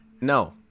No